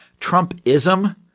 Trumpism